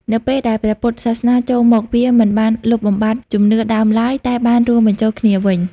នៅពេលដែល ព្រះពុទ្ធសាសនា ចូលមក វាមិនបានលុបបំបាត់ជំនឿដើមឡើយ តែបានរួមបញ្ចូលគ្នាវិញ។